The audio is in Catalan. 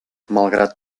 malgrat